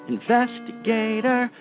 Investigator